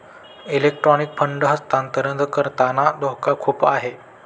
electronic fund हस्तांतरण करताना धोका खूप आहे